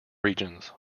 regions